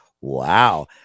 wow